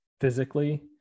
physically